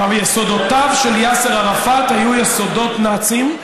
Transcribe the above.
יסודותיו של יאסר ערפאת היו יסודות נאציים,